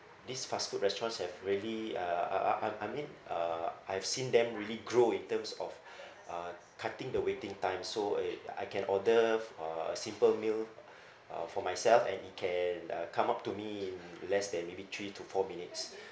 this fast food restaurants have really uh uh uh uh I mean uh I've seen them really grow in terms of uh cutting the waiting time so err I can order uh a simple meal uh for myself and it can uh come up to me in less than maybe three to four minutes